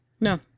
No